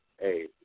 Hey